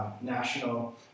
National